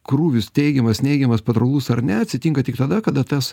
krūvis teigiamas neigiamas patrauklus ar ne atsitinka tik tada kada tas